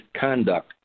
conduct